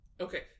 Okay